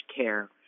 care